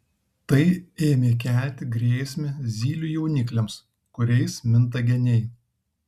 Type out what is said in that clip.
tai ėmė kelti grėsmę zylių jaunikliams kuriais minta geniai